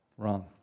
Wrong